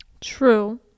True